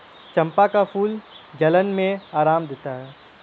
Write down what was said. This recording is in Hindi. चंपा का फूल जलन में आराम देता है